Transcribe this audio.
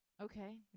Okay